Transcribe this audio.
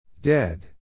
Dead